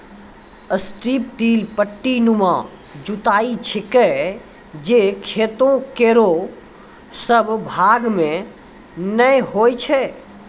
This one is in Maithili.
स्ट्रिप टिल पट्टीनुमा जुताई छिकै जे खेतो केरो सब भाग म नै होय छै